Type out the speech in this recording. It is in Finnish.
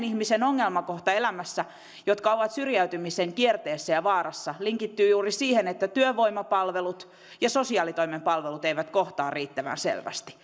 ihmisten ongelmakohta elämässä jotka ovat syrjäytymisen kierteessä ja vaarassa linkittyy juuri siihen että työvoimapalvelut ja sosiaalitoimen palvelut eivät kohtaa riittävän selvästi